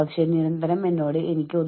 നമ്മൾ വളരെയധികം സമ്മർദ്ദം എടുക്കുന്നു